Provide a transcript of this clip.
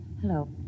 Hello